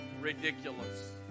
ridiculous